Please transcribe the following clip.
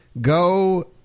Go